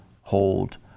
hold